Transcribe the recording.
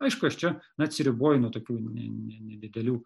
aišku aš čia atsiriboju nuo tokių ne ne nedidelių